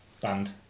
band